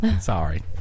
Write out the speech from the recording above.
Sorry